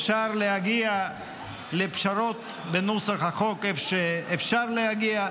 אפשר להגיע לפשרות בנוסח החוק איפה שאפשר להגיע,